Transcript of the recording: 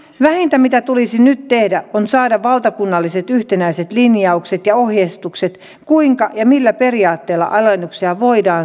vähintä mitä tulisi nyt tehdä on saada valtakunnalliset yhtenäiset linjaukset ja ohjeistukset kuinka ja millä periaatteella alennuksia voidaan saada